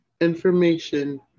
information